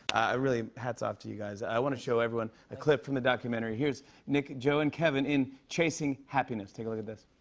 ah really, hats off to you guys. i want to show everyone a clip from the documentary. here's nick, joe, and kevin in chasing happiness. take a look at this.